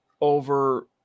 over